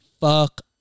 Fuck